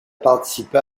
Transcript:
participé